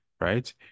right